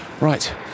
right